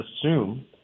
assume